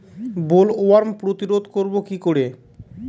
Bollworm প্রতিরোধ করব কি করে?